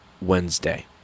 Wednesday